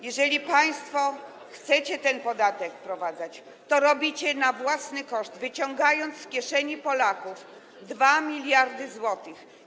Jeżeli państwo chcecie ten podatek wprowadzać, to robicie to na własny koszt, wyciągając z kieszeni Polaków 2 mld zł.